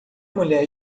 mulher